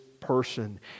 person